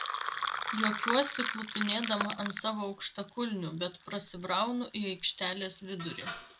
juokiuosi klupinėdama ant savo aukštakulnių bet prasibraunu į aikštelės vidurį